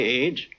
age